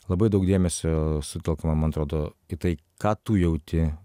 labai daug dėmesio sutelkiama man atrodo į tai ką tu jauti